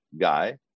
guy